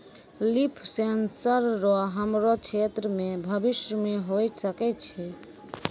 लिफ sensor रो हमरो क्षेत्र मे भविष्य मे होय सकै छै